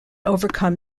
overcome